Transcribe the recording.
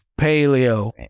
paleo